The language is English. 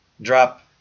drop